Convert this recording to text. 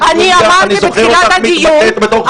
אני זוכר אותך מתבטאת בתור חברת כנסת,